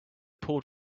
port